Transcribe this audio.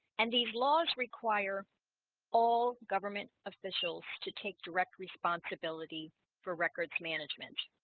and these laws require all government officials to take direct responsibility for records management